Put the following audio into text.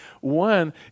One